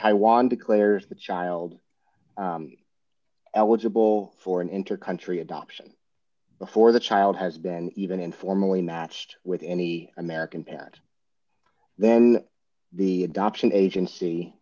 taiwan declares the child eligible for an intercom tree adoption before the child has been even informally matched with any american parent then the adoption agency